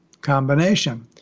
combination